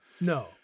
No